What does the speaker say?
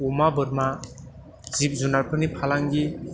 अमा बोरमा जिब जुनारफोरनि फालांगि